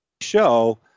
show